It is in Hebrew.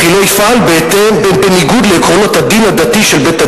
"וכי לא יפעל בניגוד לעקרונות הדין הדתי